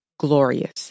glorious